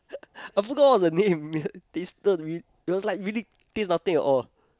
I forgot all the name it tasted it was like taste nothing at all